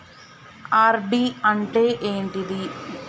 RD అంటే ఏంటిది?